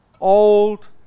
old